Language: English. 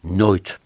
nooit